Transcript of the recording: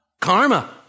Karma